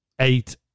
eight